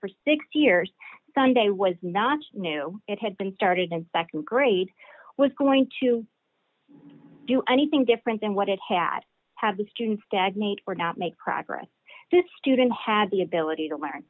for six years sunday was not new it had been started and nd grade was going to do anything different than what it had have the students stagnate or not make progress this student had the ability to learn